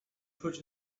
put